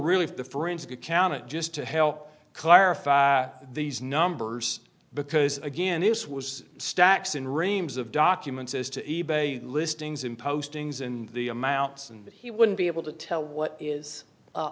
really for the forensic accountant just to help clarify these numbers because again this was stacks and reams of documents as to e bay listings in postings in the amounts and he wouldn't be able to tell what is